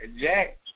Jack